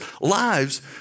lives